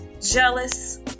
jealous